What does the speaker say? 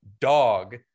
dog